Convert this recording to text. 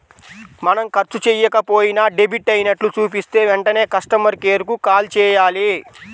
మనం ఖర్చు చెయ్యకపోయినా డెబిట్ అయినట్లు చూపిస్తే వెంటనే కస్టమర్ కేర్ కు కాల్ చేయాలి